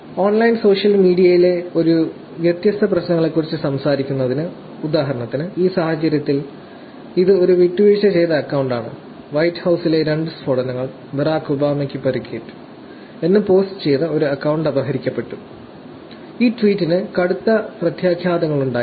online social മീഡിയയിലെ വ്യത്യസ്ത പ്രശ്നങ്ങളെക്കുറിച്ച് സംസാരിക്കുന്നത് ഉദാഹരണത്തിന് ഈ സാഹചര്യത്തിൽ ഇത് ഒരു വിട്ടുവീഴ്ച ചെയ്ത അക്കൌണ്ടാണ് വൈറ്റ് ഹൌസിലെ രണ്ട് സ്ഫോടനങ്ങൾ ബരാക് ഒബാമയ്ക്കും പരിക്കേറ്റു എന്ന് പോസ്റ്റ് എഴുതിയ ഒരു അക്കൌണ്ട് അപഹരിക്കപ്പെട്ടു ഈ ട്വീറ്റിന് കടുത്ത പ്രത്യാഘാതങ്ങളുണ്ടായി